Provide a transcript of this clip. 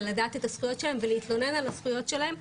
לדעת את הזכויות שלהם ולהתלונן על הזכויות שלהם,